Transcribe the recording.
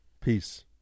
Peace